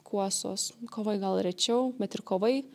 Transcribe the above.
kuosos kovai gal rečiau bet ir kovai